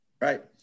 Right